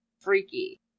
freaky